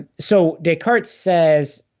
so descartes says,